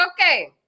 okay